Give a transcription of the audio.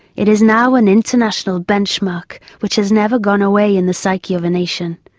it is now an international benchmark, which has never gone away in the psyche of a nation.